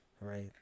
right